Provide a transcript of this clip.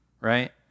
right